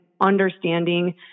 understanding